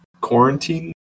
quarantine